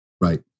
Right